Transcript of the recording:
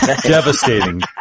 Devastating